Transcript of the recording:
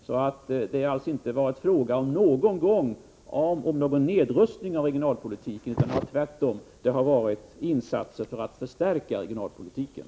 Det har alltså inte varit fråga om någon nedrustning av regionalpolitiken, utan tvärtom har det gjorts insatser för att förstärka regionalpolitiken.